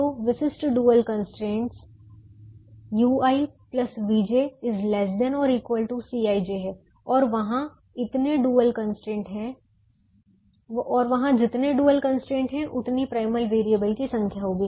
तो विशिष्ट dual constraint ui vj ≤ Cij है और वहाँ जितने डुअल कंस्ट्रेंट है उतनी प्राइमल वेरिएबल की संख्या होगी